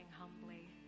humbly